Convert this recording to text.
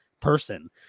person